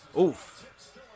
Oof